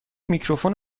میکروفون